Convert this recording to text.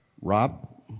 Rob